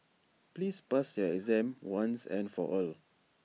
please pass your exam once and for all